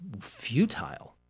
futile